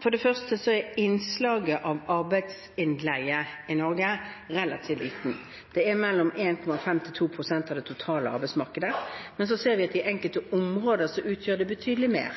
For det første er innslaget av arbeidsinnleie i Norge relativt lite. Det er mellom 1,5 og 2 pst. av det totale arbeidsmarkedet. Men vi ser at i enkelte områder utgjør det betydelig mer.